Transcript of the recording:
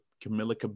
Camilla